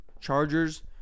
Chargers